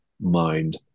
mind